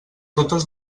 totes